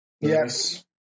Yes